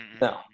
no